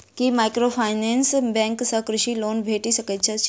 की microfinance bank सँ कृषि loan भेटि सकैत अछि?